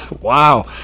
Wow